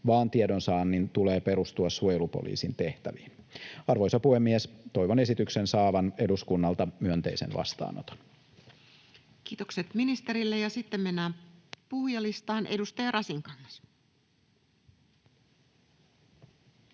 vaan tiedonsaannin tulee perustua suojelupoliisin tehtäviin. Arvoisa puhemies! Toivon esityksen saavan eduskunnalta myönteisen vastaanoton. [Speech 28] Speaker: Toinen varapuhemies Tarja Filatov